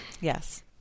Yes